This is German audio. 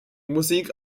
musik